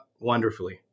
wonderfully